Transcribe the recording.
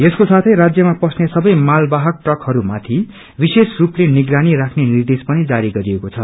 यसको साथै राज्यमा पस्ने सबै माल वाहक ट्रकहरू माथि विशेष रूपले निगरानी राख्ने निर्देश पनि जारी गरिएको छ